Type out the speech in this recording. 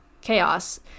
chaos